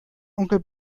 onkel